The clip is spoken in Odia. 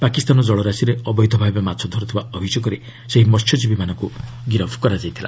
ପାକିସ୍ତାନ ଜଳରାଶିରେ ଅବୈଧଭାବେ ମାଛ ଧରୁଥିବା ଅଭିଯୋଗରେ ସେହି ମସ୍ୟଚ୍ଚୀବୀମାନଙ୍କୁ ଗିରଫ କରାଯାଇଥିଲା